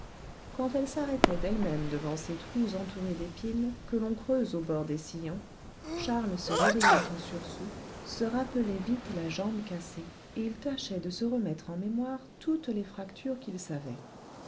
quand elle s'arrêtait d'elle-même devant ces trous entourés d'épines que l'on creuse au bord des sillons charles se réveillant en sursaut se rappelait vite la jambe cassée et il tâchait de se remettre en mémoire toutes les fractures qu'il savait